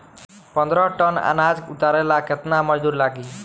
पन्द्रह टन अनाज उतारे ला केतना मजदूर लागी?